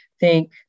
thank